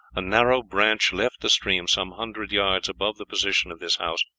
a narrow branch left the stream some hundred yards above the position of his house,